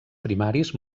primaris